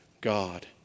God